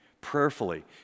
prayerfully